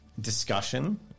discussion